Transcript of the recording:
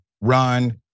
run